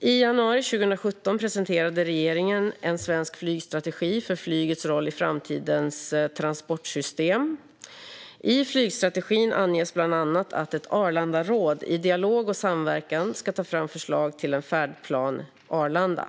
I januari 2017 presenterade regeringen En svensk flygstrategi - för flygets roll i framtidens transportsystem . I flygstrategin anges bland annat att ett Arlandaråd, i dialog och samverkan, ska ta fram förslag till en "färdplan Arlanda".